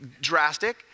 drastic